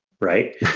right